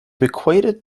bequeathed